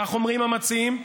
כך אומרים המציעים,